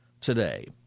today